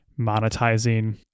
monetizing